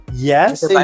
Yes